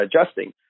adjusting